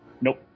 Nope